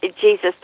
Jesus